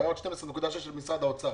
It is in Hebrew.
והיה עוד 12.6 של משרד האוצר.